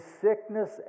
sickness